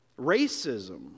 racism